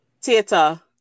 theater